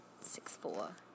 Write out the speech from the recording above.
Six-four